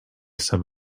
some